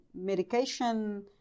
medication